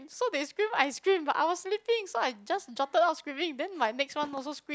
so they scream I scream but I was sleeping so I just jolted out screaming then my next one also scream